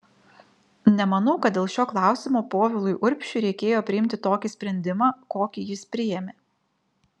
nemanau kad dėl šio klausimo povilui urbšiui reikėjo priimti tokį sprendimą kokį jis priėmė